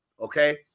okay